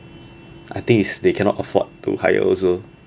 I think is they cannot afford to hire also